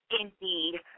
Indeed